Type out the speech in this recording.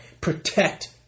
protect